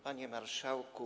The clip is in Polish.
Panie Marszałku!